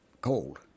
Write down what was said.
cold